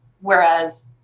Whereas